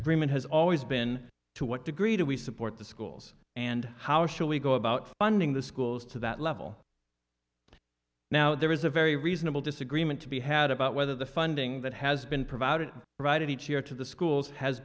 breman has always been to what degree do we support the schools and how should we go about funding the schools to that level now there is a very reasonable disagreement to be had about whether the funding that has been provided right here to the schools has